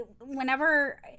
whenever